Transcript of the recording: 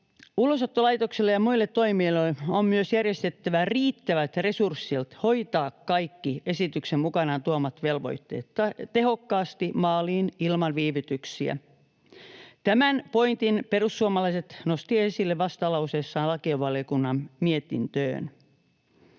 Ulosottolaitokselle ja muille toimijoille on myös järjestettävä riittävät resurssit hoitaa kaikki esityksen mukanaan tuomat velvoitteet tehokkaasti maaliin ilman viivytyksiä. Tämän pointin perussuomalaiset nostivat esille vastalauseessaan lakivaliokunnan mietintöön.